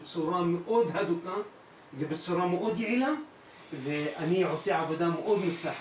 בצורה מאוד הדוקה ובצורה מאוד יעילה ואני עושה עבודה מאד מוצלחת,